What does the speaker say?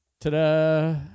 Ta-da